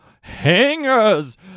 hangers